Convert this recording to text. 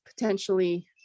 potentially